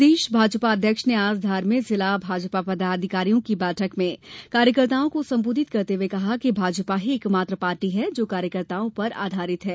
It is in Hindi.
प्रदेश भाजपा अध्यक्ष ने आज धार में जिला भाजपा पदाधिकारियों की बैठक में कार्यकर्ताओं को सम्बोधित करते हुए कहा कि भाजपा ही एक मात्र पार्टी है जो कार्यकर्ताओं पर आधारित है